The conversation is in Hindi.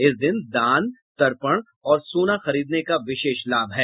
इस दिन दान तर्पण और सोना खरीदने का विशेष लाभ है